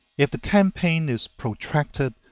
if the campaign is protracted,